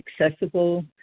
accessible